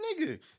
nigga